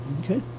okay